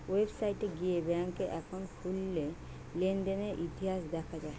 website গিয়ে bank account খুললে লেনদেনের ইতিহাস দেখা যায়